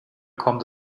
kommt